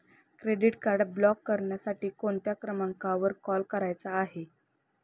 Credit card block करण्यासाठी कोणत्या क्रमांकावर कॉल करायचा आहे?